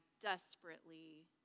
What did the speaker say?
desperately